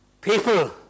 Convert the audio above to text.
people